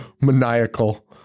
maniacal